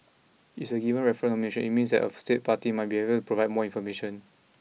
if it is given a referral of nomination it means that a state party may have to provide more information